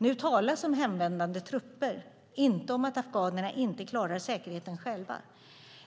Nu talas det om hemvändande trupper, inte om att afghanerna inte klarar säkerheten själva.